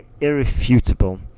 irrefutable